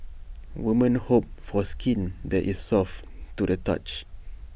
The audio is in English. women hope for skin that is soft to the touch